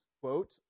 quote